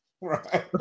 Right